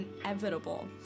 inevitable